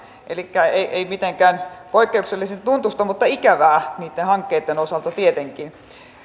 elikkä ei mitenkään poikkeuksellisen tuntuista mutta ikävää niitten hankkeitten osalta tietenkin